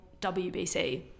WBC